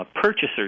purchaser's